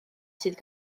sydd